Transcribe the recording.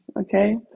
okay